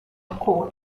accord